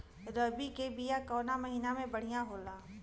रबी के बिया कवना महीना मे बढ़ियां होला?